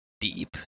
deep